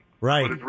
Right